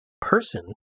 person